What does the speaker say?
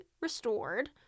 restored